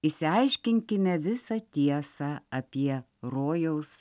išsiaiškinkime visą tiesą apie rojaus